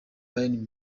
bayern